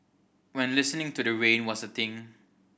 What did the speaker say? when listening to the rain was a thing